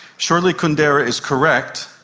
surely kundera is correct,